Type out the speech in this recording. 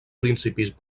principis